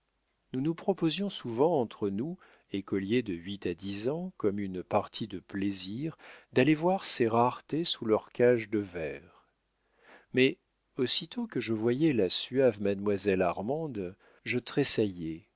nous nous proposions souvent entre nous écoliers de huit à dix ans comme une partie de plaisir d'aller voir ces raretés sous leur cage de verre mais aussitôt que je voyais la suave mademoiselle armande je tressaillais